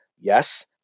yes